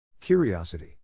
Curiosity